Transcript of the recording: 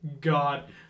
God